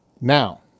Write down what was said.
now